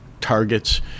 targets